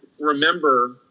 remember